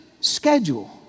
schedule